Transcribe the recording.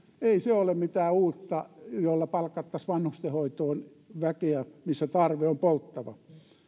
ei se ole mitään uutta rahaa jolla palkattaisiin väkeä vanhustenhoitoon missä tarve on polttava